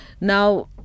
Now